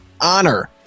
honor